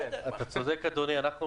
אתה צודק אדוני, אנחנו